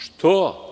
Što?